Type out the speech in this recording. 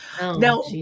Now